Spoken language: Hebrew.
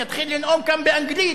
יתחיל לנאום כאן באנגלית.